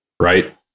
right